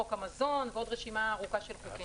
חוק המזון ועוד רשימה ארוכה של חוקים.